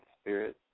spirit